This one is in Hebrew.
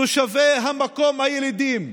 תושבי המקום הילידים.